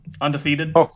undefeated